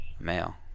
male